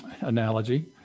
analogy